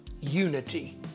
unity